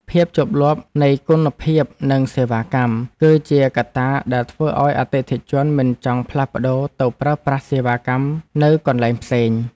ភាពជាប់លាប់នៃគុណភាពនិងសេវាកម្ម គឺជាកត្តាដែលធ្វើឱ្យអតិថិជនមិនចង់ផ្លាស់ប្តូរទៅប្រើប្រាស់សេវាកម្មនៅកន្លែងផ្សេង។